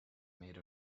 made